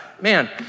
man